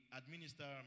administer